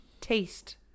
taste